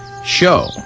Show